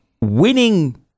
winning